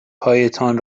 هایتان